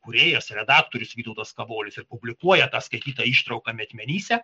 kūrėjas redaktorius vytautas kavolis ir publikuoja perskaitytą ištrauką metmenyse